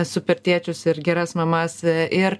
super tėčius ir geras mamas ir